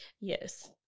Yes